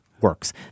works